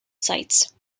sites